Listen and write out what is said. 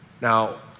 Now